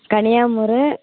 Kaniyamur